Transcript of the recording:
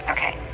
Okay